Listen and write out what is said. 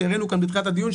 שהראינו כאן בתחילת הדיון,